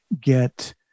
get